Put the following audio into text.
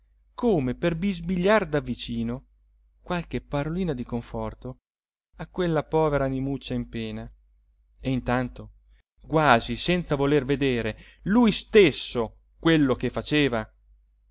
come per bisbigliar davvicino qualche parolina di conforto a quella povera animuccia in pena e intanto quasi senza voler vedere lui stesso quello che faceva